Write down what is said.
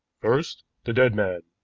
first, the dead man,